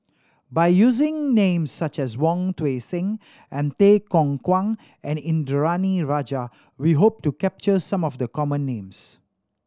by using names such as Wong Tuang Seng and Tay Yong Kwang and Indranee Rajah we hope to capture some of the common names